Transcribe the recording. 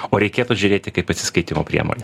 o reikėtų žiūrėti kaip į atsiskaitymo priemonę